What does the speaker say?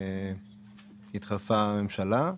כי התחלפה ממשלה,